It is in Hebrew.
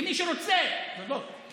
אבל עוד דקה.